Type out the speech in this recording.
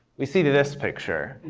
we see this picture.